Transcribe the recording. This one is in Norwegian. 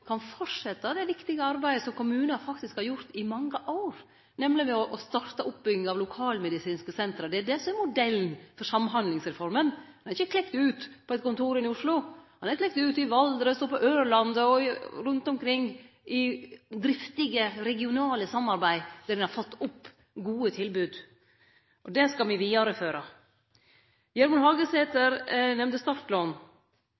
kan halde fram med det viktige arbeidet som kommunane faktisk har gjort i mange år, nemleg ved å starte oppbygging av lokalmedisinske senter. Det er det som er modellen for Samhandlingsreforma. Ho er ikkje klekt ut på eit kontor i Oslo, ho er klekt ut i Valdres, på Ørland og rundt omkring i driftige regionale samarbeid, der ein har fått opp gode tilbod. Det skal me vidareføre. Gjermund